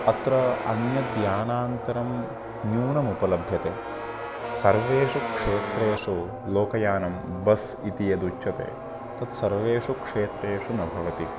अत्र अन्यद्यानान्तरं न्यूनमुपलभ्यते सर्वेषु क्षेत्रेषु लोकयानं बस् इति यदुच्यते तत्सर्वेषु क्षेत्रेषु न भवति